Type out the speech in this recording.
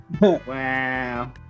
Wow